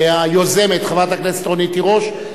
היוזמת חברת הכנסת רונית תירוש,